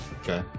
Okay